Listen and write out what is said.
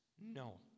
No